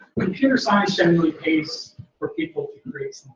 computer science generally pays for people to create